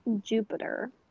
Jupiter